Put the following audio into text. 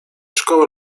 szkołę